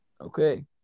Okay